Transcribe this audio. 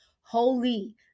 holy